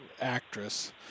actress